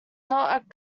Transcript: not